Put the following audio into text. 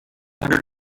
hundred